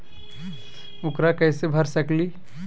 ऊकरा कैसे भर सकीले?